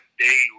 day